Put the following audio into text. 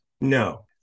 No